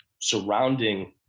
surrounding